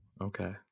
Okay